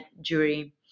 jury